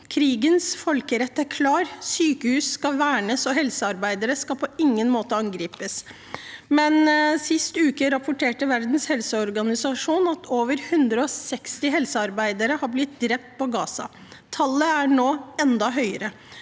Krigens folkerett er klar: Sykehus skal vernes, og helsearbeidere skal på ingen måte angripes. Likevel rapporterte Verdens helseorganisasjon sist uke om at over 160 helsearbeidere har blitt drept på Gaza. Tallet er nå enda høyere.